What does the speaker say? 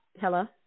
hello